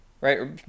right